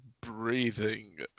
Breathing